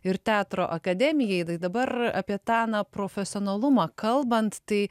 ir teatro akademijai dabar apie tą na profesionalumą kalbant tai